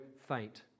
faint